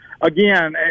again